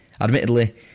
Admittedly